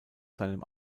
seinem